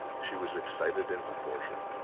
she was excited in proportion.